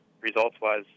results-wise